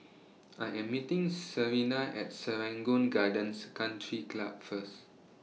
I Am meeting Serena At Serangoon Gardens Country Club First